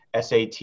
SAT